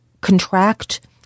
contract